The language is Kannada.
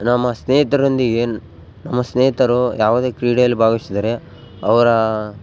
ನಮ್ಮ ಸ್ನೇಹಿತರೊಂದಿಗೆ ನಮ್ಮ ಸ್ನೇಹಿತರು ಯಾವುದೇ ಕ್ರೀಡೆಯಲ್ಲಿ ಭಾಗವಹ್ಸಿದರೆ ಅವ್ರ